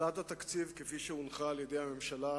הצעת התקציב, כפי שהונחה על-ידי הממשלה בפנינו,